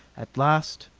at last,